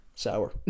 sour